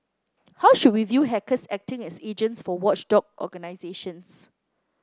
how should we view hackers acting as agents for watchdog organisations